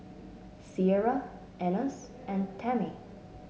Sierra Enos and Tamie